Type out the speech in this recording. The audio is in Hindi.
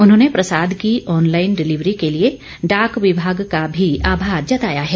उन्होंने प्रसाद की ऑनलाईन डिलिवरी के लिए डाक विभाग का भी आभार जताया है